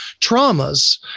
traumas